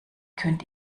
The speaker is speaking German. könnt